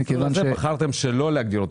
את המסלול הזה בחרתם שלא להגדיר כחובה.